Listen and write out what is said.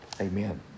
Amen